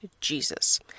Jesus